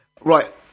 right